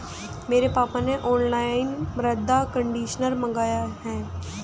मेरे पापा ने ऑनलाइन मृदा कंडीशनर मंगाए हैं